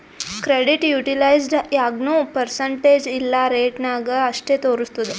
credit utilised ಯಾಗ್ನೂ percentage ಇಲ್ಲಾ rate ನಾಗ್ ಅಷ್ಟೇ ತೋರುಸ್ತುದ್